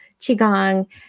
qigong